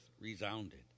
resounded